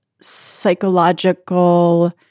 psychological